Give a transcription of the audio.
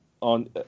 on